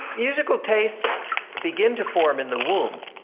musical tastes begin to form in the womb.